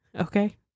Okay